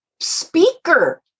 speaker